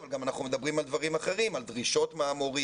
אבל אנחנו מדברים גם על הדרישות מהמורים,